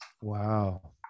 Wow